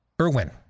Irwin